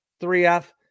3F